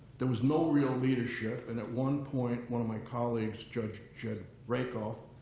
there was no real leadership. and at one point, one of my colleagues, judge judge rakoff,